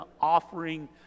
offering